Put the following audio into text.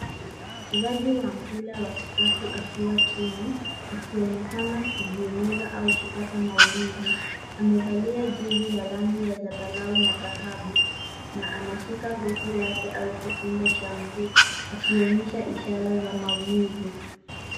Mchezaji wa mpira wa kikapu akiwa chini, akionekana kujiumiza au kupata maumivu. Amevalia jezi la rangi ya zambarau na dhahabu na anashika goti lake au kifundo cha mguu, akionyesha ishara za maumivu.